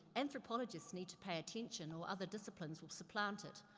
anthropologists need to pay attention, or other disciplines will supplant it.